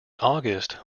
august